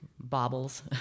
Bobbles